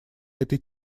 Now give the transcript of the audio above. этой